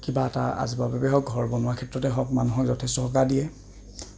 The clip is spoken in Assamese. কিবা এটা আজবাবেই হওক ঘৰ বনোৱাৰ ক্ষেত্ৰতে হওক মানুহে যথেষ্ট সকাহ দিয়ে